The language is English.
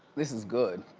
this is good,